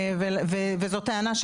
וזו טענה,